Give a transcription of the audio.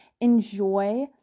enjoy